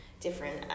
different